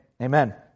Amen